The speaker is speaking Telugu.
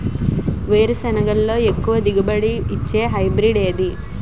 వేరుసెనగ లో ఎక్కువ దిగుబడి నీ ఇచ్చే హైబ్రిడ్ ఏది?